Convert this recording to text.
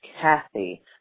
Kathy